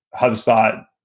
HubSpot